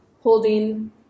holding